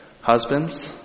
Husbands